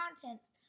contents